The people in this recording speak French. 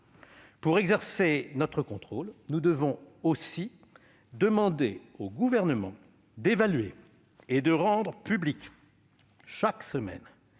Pour exercer notre contrôle, nous devrons aussi demander au Gouvernement d'évaluer et de rendre publics chaque semaine